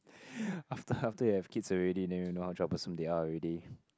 after after you have kids already then you know how troublesome they are already